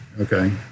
Okay